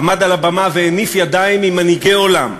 עמד על הבמה והניף ידיים עם מנהיגי עולם.